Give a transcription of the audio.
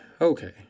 Okay